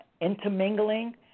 intermingling